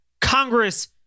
Congress